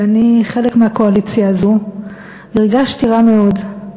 ואני, חלק מהקואליציה הזאת, הרגשתי רע מאוד.